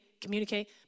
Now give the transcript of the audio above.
communicate